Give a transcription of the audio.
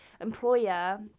employer